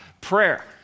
Prayer